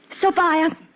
Sophia